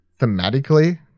thematically